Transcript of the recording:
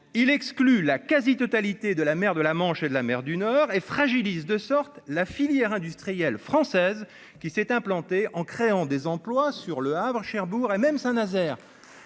il exclut la quasi-totalité de la mer de la Manche et de la mer du Nord et fragilise de sorte la filière industrielle française qui s'est implantée en créant des emplois sur Le Havre, Cherbourg et même Saint-Nazaire